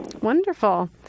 Wonderful